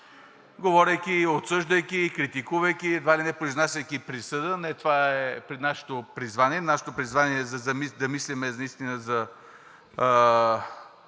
говорейки, обсъждайки, критикувайки и едва ли не произнасяйки присъда, но не това е нашето призвание, нашето призвание е да мислим наистина за